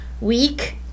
week